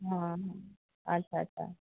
ହଁ ହଁ ଆଚ୍ଛା ଆଚ୍ଛା